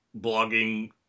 blogging